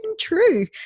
true